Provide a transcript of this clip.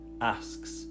asks